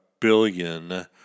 billion